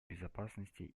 безопасности